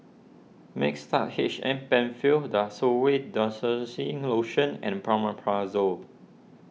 Mixtard H M Penfill Desowen Desonide Lotion and Omeprazole